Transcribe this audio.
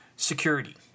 Security